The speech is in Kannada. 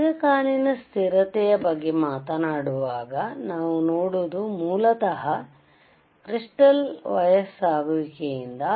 ದೀರ್ಘಕಾಲೀನ ಸ್ಥಿರತೆಯ ಬಗ್ಗೆ ಮಾತನಾಡುವಾಗ ನಾವು ನೋಡುವುದು ಮೂಲತಃ ಕ್ರಿಸ್ಟಾಲ್ ವಯಸ್ಸಾಗುವಿಕೆಯಿಂದ